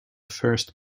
first